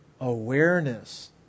awareness